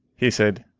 he said,